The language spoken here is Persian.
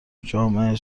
جامعه